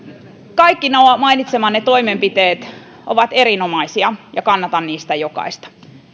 kaikki nuo mainitsemanne toimenpiteet ovat erinomaisia ja kannatan niistä jokaista